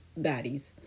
baddies